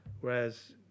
whereas